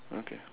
okay